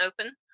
open